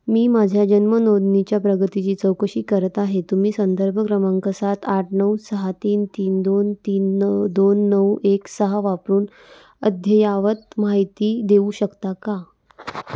मी माझ्या जन्मनोंदणीच्या प्रगतीची चौकशी करत आहे तुम्ही संदर्भ क्रमांक सात आठ नऊ सहा तीन तीन दोन तीन नऊ दोन नऊ एक सहा वापरून अद्ययावत माहिती देऊ शकता का